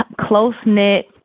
close-knit